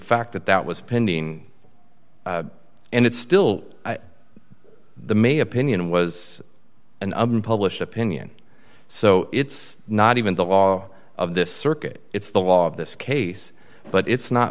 fact that that was pending and it still the main opinion was an unpublished opinion so it's not even the law of this circuit it's the law of this case but it's not